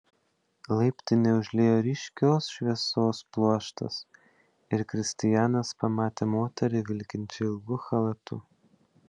laiptinę užliejo ryškios šviesos pluoštas ir kristianas pamatė moterį vilkinčią ilgu chalatu